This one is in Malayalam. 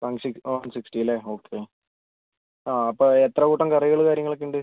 വൺ സിക്സ് വൺ സിക്സ്സ്റ്റിലെ ഓക്കെ അപ്പോൾ എത്ര കൂട്ടം കറികൾ കാര്യങ്ങളൊക്കെ ഉണ്ട്